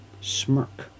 smirk